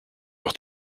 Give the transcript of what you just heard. leur